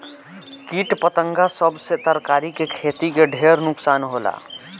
किट पतंगा सब से तरकारी के खेती के ढेर नुकसान होला